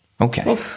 Okay